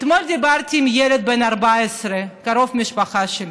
אתמול דיברתי עם ילד עם בן 14, קרוב משפחה שלי,